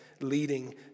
leading